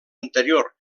anterior